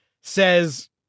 says